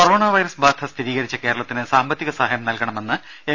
corona virus ബാധ സ്ഥിരീകരിച്ച കേരളത്തിന് സാമ്പത്തിക സഹായം നൽകണമെന്ന് എം